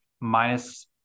minus